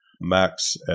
Max